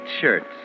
shirts